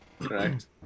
Correct